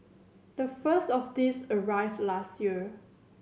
the first of these arrived last year